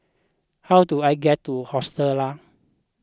how do I get to Hostel Lah